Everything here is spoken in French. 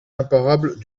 imparables